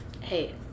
Hey